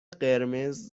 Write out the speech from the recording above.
قرمز